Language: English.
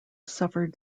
suffered